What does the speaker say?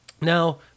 Now